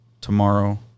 tomorrow